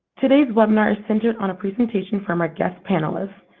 today's webinar is centered on a presentation from our guest panelist,